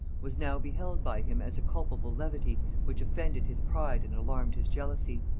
was now beheld by him as a culpable levity which offended his pride and alarmed his jealousy.